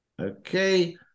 okay